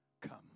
Come